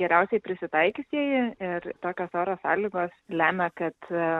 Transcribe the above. geriausiai prisitaikiusieji ir tokios oro sąlygos lemia kad